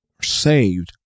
saved